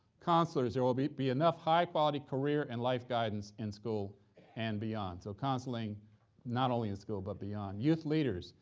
counselors there will be be enough high-quality career and life guidance in school and beyond. so counseling not only in school but beyond. youth leaders.